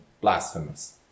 blasphemous